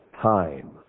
time